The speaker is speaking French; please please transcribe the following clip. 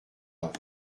aveu